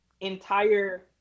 entire